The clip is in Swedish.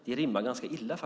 Det rimmar illa.